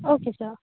okay sir